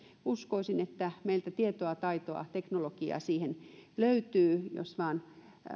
uskoisin että meiltä tietoa taitoa teknologiaa siihen löytyy jos vain